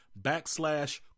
backslash